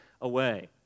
away